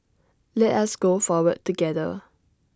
let us go forward together